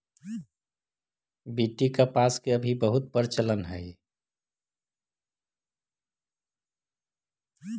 BT कपास के अभी बहुत प्रचलन हई